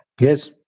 Yes